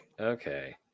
okay